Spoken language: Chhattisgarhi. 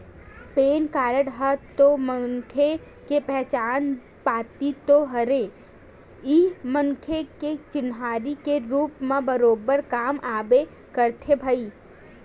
पेन कारड ह तो मनखे के पहचान पाती तो हरे ही मनखे के चिन्हारी के रुप म बरोबर काम आबे करथे भई